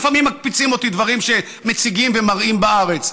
לפעמים מקפיצים אותי דברים שמציגים ומראים בארץ,